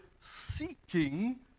seeking